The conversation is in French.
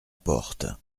porte